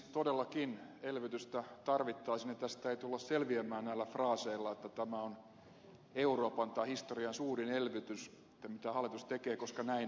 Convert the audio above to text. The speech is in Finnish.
todellakin elvytystä tarvittaisiin ja tästä ei tulla selviämään näillä fraaseilla että tämä on euroopan tai historian suurin elvytys mitä hallitus tekee koska näin ei ole